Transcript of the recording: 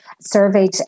surveyed